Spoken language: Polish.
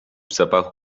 zapachu